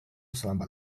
selambat